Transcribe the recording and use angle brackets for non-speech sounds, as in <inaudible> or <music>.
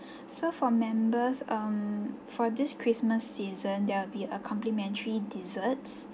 <breath> so for members um for this christmas season there'll be a complimentary desserts